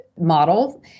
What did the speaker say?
model